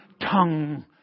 tongue